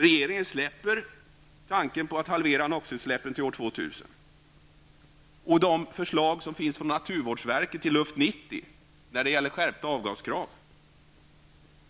Regeringen släpper tanken på att halvera NOX utsläppen till år 2000. De förslag från naturvårdsverket som finns i Luft-90 om skärpta avgaskrav